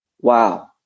Wow